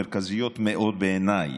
מרכזיות מאוד בעיניי,